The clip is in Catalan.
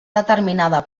determinada